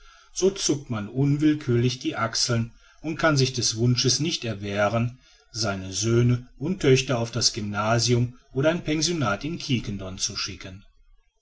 so zuckt man unwillkürlich die achseln und kann sich des wunsches nicht erwehren seine söhne und töchter auf das gymnasium oder ein pensionat in quiquendone zu schicken